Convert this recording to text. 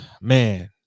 man